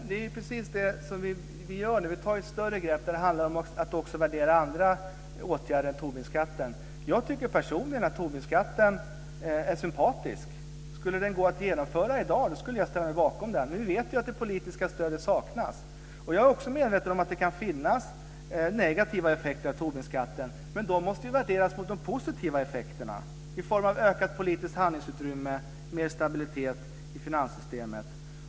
Fru talman! Vi tar nu ett större grepp där det gäller att också värdera andra åtgärder än Tobinskatten. Jag tycker personligen att Tobinskatten är en sympatisk åtgärd. Om den gick att införa i dag skulle jag ställa mig bakom den, men vi vet ju att det politiska stödet saknas. Jag är också medveten om att det kan finnas negativa effekter av Tobinskatten, men dessa måste ju vägas mot de positiva effekterna i form av ökat politiskt handlingsutrymme och mer stabilitet i finanssystemet.